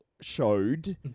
showed